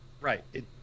Right